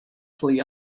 fully